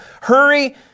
hurry